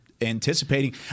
anticipating